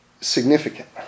significant